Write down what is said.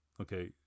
Okay